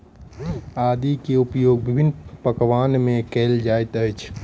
आदी के उपयोग विभिन्न पकवान में कएल जाइत अछि